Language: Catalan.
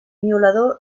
miolador